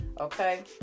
Okay